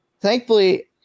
thankfully